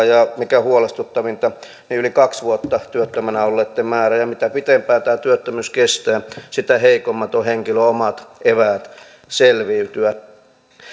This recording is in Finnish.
ja mikä huolestuttavinta yli kaksi vuotta työttömänä olleitten määrä ja mitä pidempään tämä työttömyys kestää sitä heikommat ovat henkilön omat eväät selviytyä